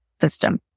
system